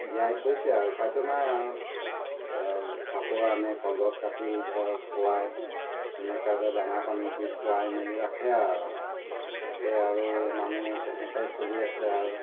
জীয়াই থৈছে আৰু উপায়টো নাই আৰু তা চাপৰ আনে কলগছ কাটি ধৰ খোৱাই তেনেকৈ ধৰ দানা পানী দি খোৱাই মেলি ৰাখে আৰু তাতে আৰু মানুহ তেনেকৈ চলি আছে আৰু